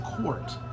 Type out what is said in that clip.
court